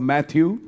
Matthew